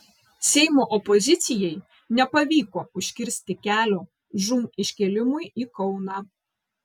seimo opozicijai nepavyko užkirsti kelio žūm iškėlimui į kauną